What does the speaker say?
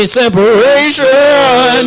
separation